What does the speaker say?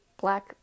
black